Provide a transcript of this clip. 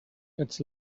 its